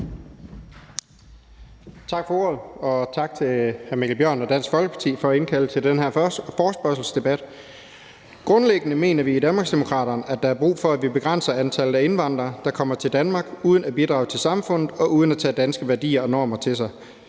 Tak for ordet, og tak til hr. Mikkel Bjørn og Dansk Folkeparti for at indkalde til den her forespørgselsdebat. Grundlæggende mener vi i Danmarksdemokraterne, at der er brug for, at vi begrænser antallet af indvandrere, der kommer til Danmark uden at bidrage til samfundet og uden at tage danske værdier og normer til sig.